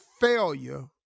failure